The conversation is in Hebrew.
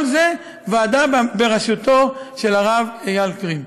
כל זה ועדה בראשותו של הרב אייל קרים.